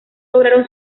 lograron